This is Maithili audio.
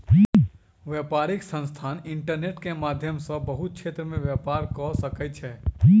व्यापारिक संस्थान इंटरनेट के माध्यम सॅ बहुत क्षेत्र में व्यापार कअ सकै छै